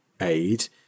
aid